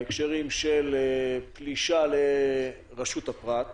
בהקשרים של פלישה לרשות הפרט,